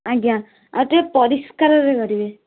ଆଜ୍ଞା ଆଉ ଟିକେ ପରିଷ୍କାରରେ କରିବେ